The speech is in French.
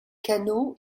canaux